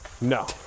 No